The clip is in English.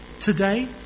today